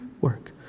work